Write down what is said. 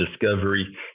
discovery